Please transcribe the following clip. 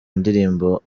ndirimbo